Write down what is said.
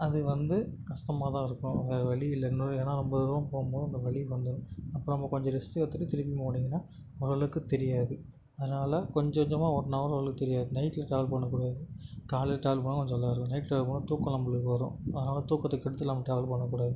அது வந்து கஷ்டமா தான் இருக்கும் வேறு வழி இல்லை இன்னொர் ஏன்னால் ரொம்ப தூரம் போகும் போது அந்த வலி வந்துரும் அப்போ நம்ம கொஞ்சம் ரெஸ்ட்டு எடுத்துகிட்டு திரும்பி போனீங்கன்னா ஓரளவுக்கு தெரியாது அதனால் கொஞ்சம் கொஞ்சமாக ஓட்டினா ஓரளவுக்கு தெரியாது நைட்டில் ட்ராவல் பண்ணக்கூடாது காலையில் ட்ராவல் பண்ணால் கொஞ்சம் இதாருக்கும் நைட் ட்ராவல் பண்ணால் தூக்கம் நம்மளுக்கு வரும் அதனால் தூக்கத்தை கெடுத்து நம்ம ட்ராவல் பண்ணக்கூடாது